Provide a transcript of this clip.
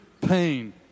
pain